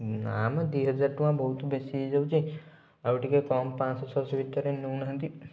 ନାଁ ମ ଦୁଇ ହଜାର ଟଙ୍କା ବହୁତ ବେଶୀ ହେଇଯାଉଛି ଆଉ ଟିକେ କମ ପାଞ୍ଚ ଶହ ଛଅଶହ ଭିତରେ ନେଉନାହାନ୍ତି